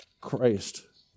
Christ